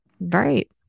Right